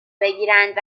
بگیرند